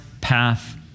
path